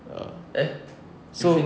err so